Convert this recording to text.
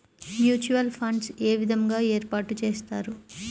Mutual funds ఏ విధంగా ఏర్పాటు చేస్తారు?